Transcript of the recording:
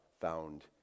found